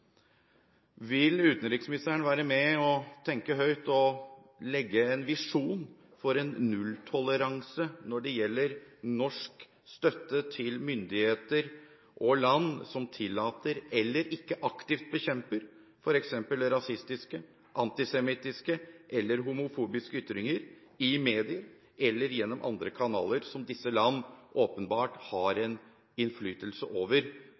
Vil utenriksministeren være med og tenke høyt og legge en visjon for en nulltoleranse når det gjelder norsk støtte til myndigheter og land som tillater – eller ikke aktivt bekjemper – f.eks. rasistiske, antisemittiske eller homofobiske ytringer i medier eller gjennom andre kanaler som disse land åpenbart har en innflytelse over,